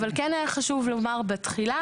אבל כן היה חשוב לומר בתחילה,